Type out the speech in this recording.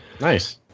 Nice